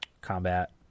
combat